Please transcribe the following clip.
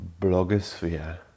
blogosphere